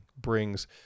brings